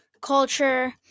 culture